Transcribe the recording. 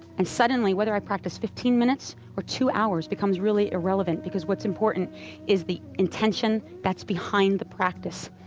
and suddenly, whether i practice fifteen minutes or two hours becomes really irrelevant, because what's important is the intention that's behind the practice.